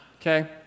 okay